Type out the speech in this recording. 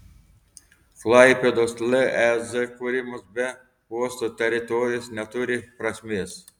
klaipėdos lez kūrimas be uosto teritorijos neturi prasmės